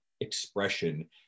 expression